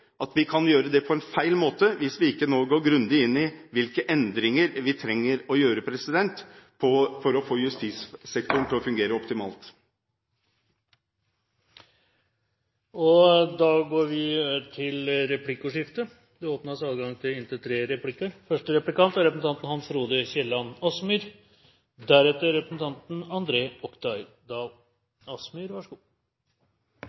at vi kan gjøre det på feil måte hvis vi nå ikke går grundig inn i hvilke endringer vi trenger å gjøre for å få justissektoren til å fungere optimalt. Det blir replikkordskifte. Representanten Jan Bøhler er en mann som ofte mener mye om justispolitikk, og det er bra. Det beklagelige er at den innflytelse som representanten